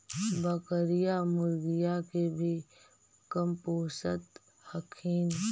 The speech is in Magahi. बकरीया, मुर्गीया के भी कमपोसत हखिन?